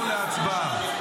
נעבור להצבעה.